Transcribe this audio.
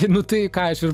nu tai ką aš ir